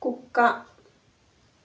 కుక్క